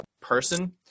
person